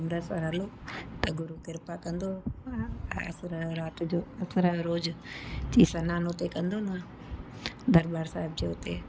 अमृतसर हलूं त गुरू कृपा कंदो असुर जो रात जो असुर जो रोज़ सनान हुते कंदो न दरबार साहिब जे हुते